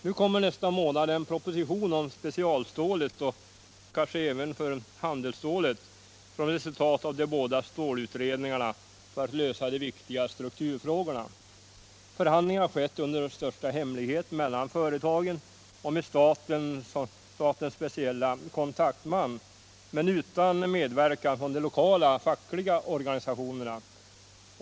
Nu kommer nästa månad en proposition om specialstålet och kanske även handelsstålet som resultat av de båda stålutredningarna för att lösa de viktiga strukturproblemen. Förhandlingar har förts i största hemlighet mellan företagen och med statens speciella kontaktman men utan medverkan från de lokala fackliga organisationerna.